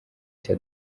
cya